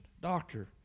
doctor